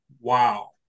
Wow